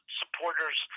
supporters